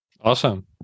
Awesome